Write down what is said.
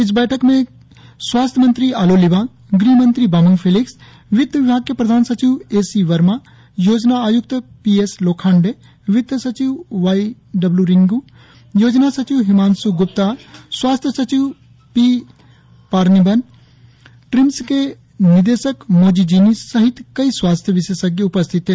इस बैठक में स्वास्थ्य मंत्री आलो लिबांग गृहमंत्री बामांग फेलिक्स वित्त विभाग के प्रधान सचिब ए सी वर्मा योजना आयुक्त पी एस लोखांडे वित्त सचिव वाई डब्लू रिंगू योजना सचिव हिमांशू ग्प्ता स्वास्थ्य सचिव पी पॉर्निबन ट्रिम्स के निदेशक मोजि जिनी सहित कई स्वास्थ्य विशेषज्ञ उपस्थित थे